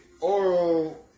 oral